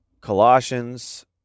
Colossians